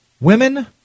Women